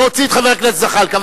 להוציא את חבר הכנסת זחאלקה.